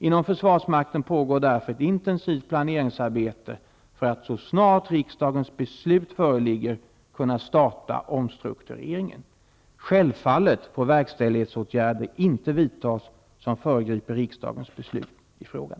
Inom försvarsmakten pågår därför ett intensivt planeringsarbete för att, så snart riksdagens beslut föreligger, kunna starta omstruktureringen. Självfallet får verkställighetsåtgärder inte vidtas som föregriper riksdagens beslut i frågan.